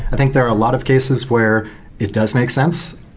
i think there are a lot of cases where it does make sense.